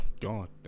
God